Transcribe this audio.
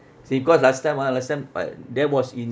see cause last time ah last time uh that was in